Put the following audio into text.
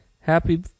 Happy